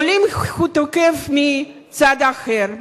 עולים הוא תוקף מצד אחר.